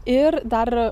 ir dar